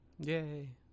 Yay